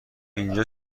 اینجا